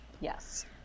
yes